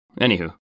Anywho